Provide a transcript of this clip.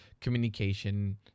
communication